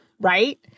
right